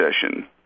session